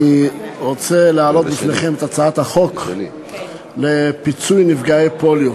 אני רוצה להעלות בפניכם את הצעת חוק לפיצוי נפגעי פוליו.